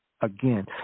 Again